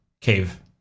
cave